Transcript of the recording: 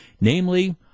namely